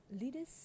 Leaders